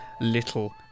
Little